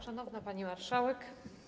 Szanowna Pani Marszałek!